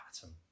pattern